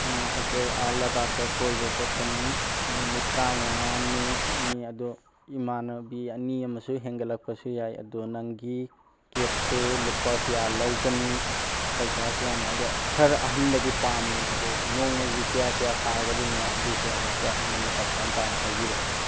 ꯑꯩꯈꯣꯏ ꯑꯥ ꯂꯗꯥꯛꯇ ꯀꯣꯏꯕ ꯆꯠꯀꯅꯤ ꯅꯨꯃꯤꯠ ꯇꯔꯥ ꯃꯉꯥꯅꯤ ꯅꯤ ꯑꯗꯣ ꯏꯃꯥꯟꯅꯕꯤ ꯑꯅꯤ ꯑꯃꯁꯨ ꯍꯦꯟꯒꯠꯂꯛꯄꯁꯨ ꯌꯥꯏ ꯑꯗꯣ ꯅꯪꯒꯤ ꯀꯦꯞꯇꯣ ꯂꯨꯄꯥ ꯀꯌꯥ ꯂꯧꯒꯅꯤ ꯄꯩꯁꯥ ꯀꯌꯥꯅꯣꯗꯣ ꯈꯔ ꯑꯍꯟꯕꯗꯤ ꯄꯥꯝꯏ ꯑꯗꯣ ꯅꯣꯡꯃꯒꯤ ꯀꯌꯥ ꯀꯌꯥ ꯇꯥꯒꯗꯣꯏꯅꯣ ꯑꯗꯨꯁꯨ ꯑꯃꯨꯛꯇ ꯑꯩꯉꯣꯟꯗ ꯀꯟꯐꯥꯝ ꯇꯥꯅ ꯍꯥꯏꯕꯤꯔꯛꯑꯣ